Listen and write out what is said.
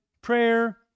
prayer